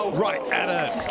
ah right at it. a